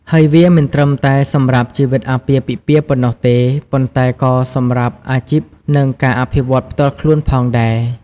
ហើយវាមិនត្រឹមតែសម្រាប់ជីវិតអាពាហ៍ពិពាហ៍ប៉ុណ្ណោះទេ ប៉ុន្តែក៏សម្រាប់អាជីព និងការអភិវឌ្ឍន៍ផ្ទាល់ខ្លួនផងដែរ។